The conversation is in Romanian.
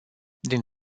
din